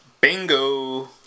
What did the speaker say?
Bingo